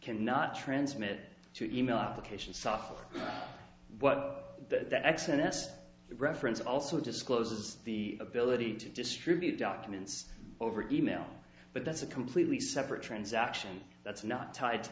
cannot transmit to email application software what that x n s reference also discloses the ability to distribute documents over e mail but that's a completely separate transaction that's not tied to